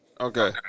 Okay